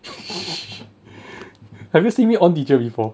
have you see me own teacher before